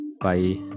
bye